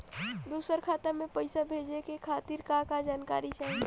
दूसर खाता में पईसा भेजे के खातिर का का जानकारी चाहि?